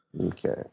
Okay